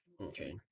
okay